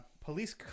Police